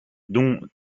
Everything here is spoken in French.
dont